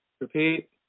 Repeat